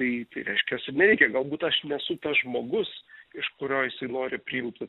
tai tai reiškias ir nereikia galbūt aš nesu tas žmogus iš kurio jisai nori priimti